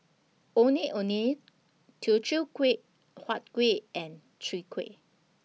Ondeh Ondeh Teochew Kuih Huat Kuih and Chwee Kueh